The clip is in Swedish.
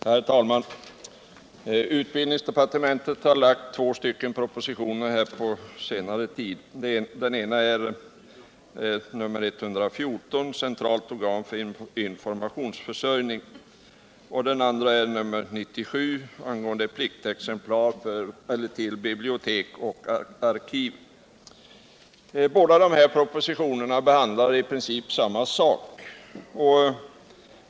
Herr talman! Utbildningsdepartementet har på senare tid lagt fram två propositioner. Den ena är 1977 78:97 angående pliktexemplar till bibliotek och arkiv. De båaa propositionerna behandlar i princip samma sak.